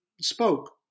spoke